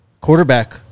Quarterback